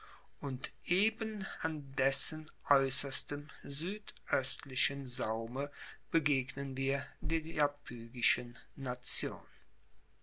und eben an dessen aeusserstem suedoestlichen saume begegnen wir der iapygischen nation